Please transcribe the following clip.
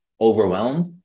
overwhelmed